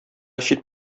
чит